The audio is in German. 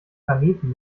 planeten